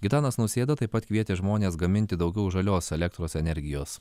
gitanas nausėda taip pat kvietė žmones gaminti daugiau žalios elektros energijos